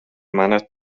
манайд